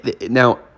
Now